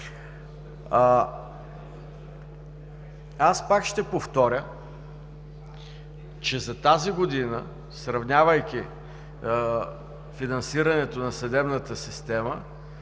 Аз пак ще повторя, че за тази година, сравнявайки финансирането на съдебната система,